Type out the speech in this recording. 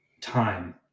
time